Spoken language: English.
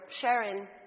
Sharon